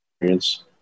experience